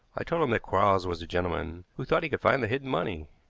i told him that quarles was a gentleman who thought he could find the hidden money.